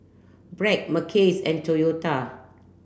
Bragg Mackays and Toyota